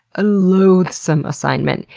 a loathsome assignment,